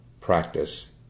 practice